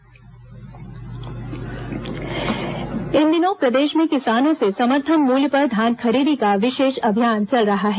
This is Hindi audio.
धान खरीदी इन दिनों प्रदेश में किसानों से समर्थन मूल्य पर धान खरीदी का विशेष अभियान चल रहा है